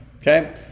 Okay